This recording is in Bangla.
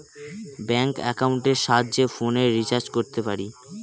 ব্যাঙ্ক একাউন্টের সাহায্যে ফোনের রিচার্জ করতে পারি